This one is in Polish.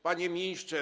Panie Ministrze!